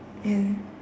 ya